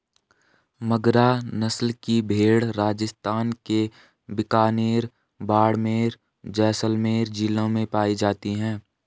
मगरा नस्ल की भेंड़ राजस्थान के बीकानेर, बाड़मेर, जैसलमेर जिलों में पाई जाती हैं